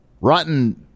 rotten